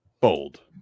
bold